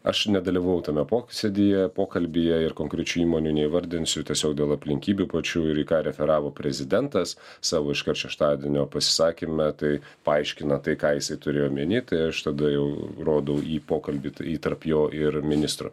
aš nedalyvavau tame posėdyje pokalbyje ir konkrečių įmonių neįvardinsiu tiesiog dėl aplinkybių pačių ir į ką referavo prezidentas savo iškart šeštadienio pasisakyme tai paaiškina tai ką jisai turėjo omeny tai aš tada jau rodau į pokalbį į tarp jo ir ministro